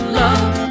love